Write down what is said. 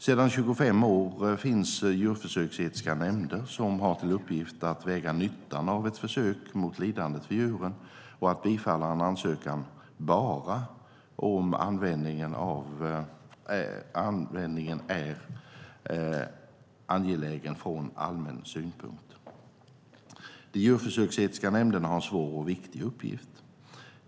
Sedan 25 år finns djurförsöksetiska nämnder som har till uppgift att väga nyttan av ett försök mot lidandet för djuren och ska bifalla en ansökan bara om användningen är angelägen från allmän synpunkt. De djurförsöksetiska nämnderna har en svår och viktig uppgift.